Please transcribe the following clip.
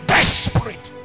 Desperate